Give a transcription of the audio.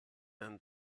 and